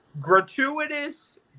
gratuitous